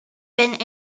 been